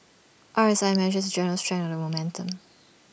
R S I measures the general strength of the momentum